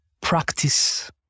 practice